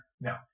No